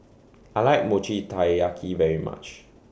I like Mochi Taiyaki very much